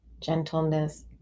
gentleness